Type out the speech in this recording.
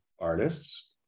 artists